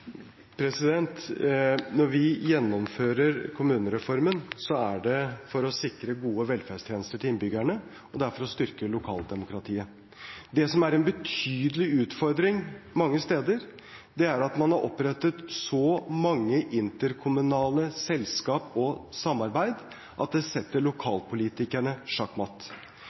Når vi gjennomfører kommunereformen, er det for å sikre gode velferdstjenester til innbyggerne og for å styrke lokaldemokratiet. Det som er en betydelig utfordring mange steder, er at man har opprettet så mange interkommunale selskaper og samarbeid at det setter